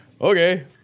Okay